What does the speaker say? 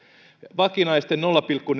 vakinaisten taso nolla pilkku